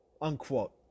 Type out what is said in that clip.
unquote